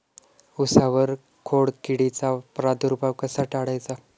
उसावर खोडकिडीचा प्रादुर्भाव कसा टाळायचा?